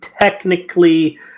technically